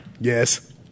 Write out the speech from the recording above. Yes